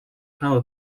power